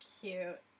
Cute